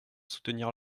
soutenir